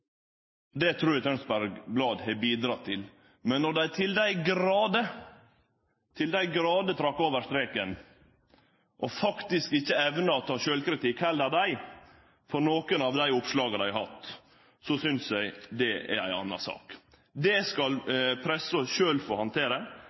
Det trur eg Tønsbergs Blad har bidrege til. Men når dei til dei grader går over streken og faktisk ikkje evnar å ta sjølvkritikk, dei heller, for nokre av dei oppslaga dei har hatt, synest eg det er ei anna sak. Det skal